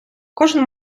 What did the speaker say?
кожен